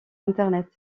internet